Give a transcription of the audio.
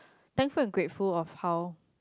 thankful and grateful of how